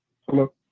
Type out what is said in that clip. Hello